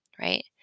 right